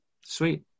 Sweet